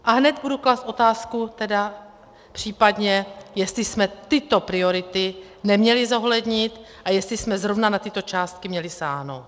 A hned budu klást otázku, případně jestli jsme tyto priority neměli zohlednit a jestli jsme zrovna na tyto částky měli sáhnout.